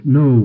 no